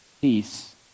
peace